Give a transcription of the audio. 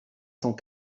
cent